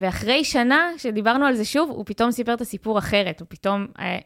ואחרי שנה שדיברנו על זה שוב, הוא פתאום סיפר את הסיפור אחרת, הוא פתאום...